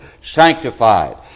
sanctified